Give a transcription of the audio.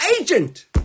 agent